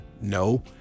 no